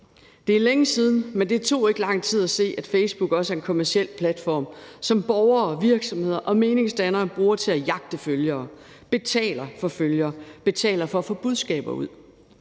Det er længe siden, men det tog ikke lang tid at se, at Facebook også er en kommerciel platform, som borgere, virksomheder og meningsdannere bruger til at jagte følgere, og hvor de betaler for følgere, betaler for at få budskaber ud.